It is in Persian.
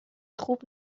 خوب